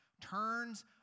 Turns